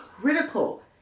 critical